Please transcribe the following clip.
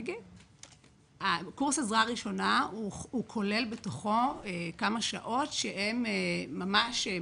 קורס עזרה ראשונה כולל בתוכו כמה שעות שמדגימות